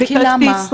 למה?